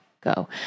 go